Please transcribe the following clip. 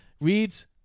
reads